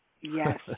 yes